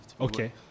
Okay